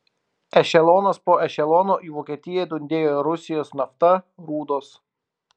ešelonas po ešelono į vokietiją dundėjo rusijos nafta rūdos